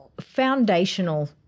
foundational